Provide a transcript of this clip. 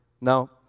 No